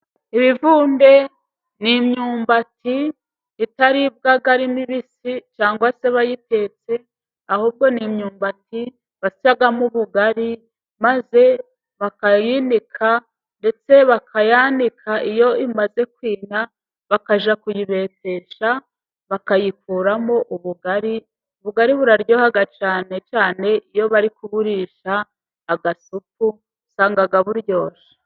Ibivunde n'imyumbati itaribwa ari mibisi, cyangwa se bayitetse, ahubwo n'imyumbati basyamo ubugari maze bakayinika, ndetse bakayanika, iyo imaze kwina, bakajya kuyibetesha bakayikuramo ubugari, ubugari buraryoha cyane cyane iyo bari kuburisha agasupu usanga buryoshye.